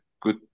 good